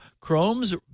Chrome's